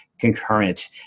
concurrent